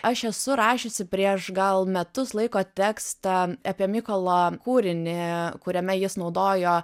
aš esu rašiusi prieš gal metus laiko tekstą apie mykolą kūrinį kuriame jis naudojo